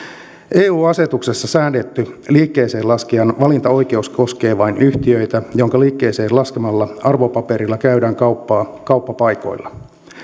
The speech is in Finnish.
eu asetuksessa säädetty liikkeeseenlaskijan valintaoikeus koskee vain yhtiöitä joiden liikkeeseen laskemilla arvopapereilla käydään kauppaa kauppapaikoilla